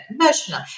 emotional